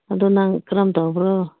ꯑꯗꯨ ꯅꯪ ꯔꯝ ꯇꯧꯕ꯭ꯔꯣ